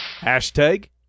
Hashtag